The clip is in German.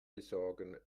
besorgen